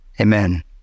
Amen